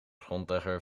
grondlegger